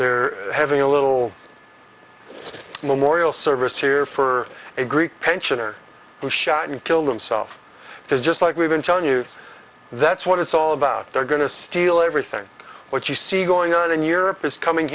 they're having a little memorial service here for a greek pensioner who shot and killed himself because just like we've been telling you that's what it's all about they're going to steal everything what you see going on in europe is coming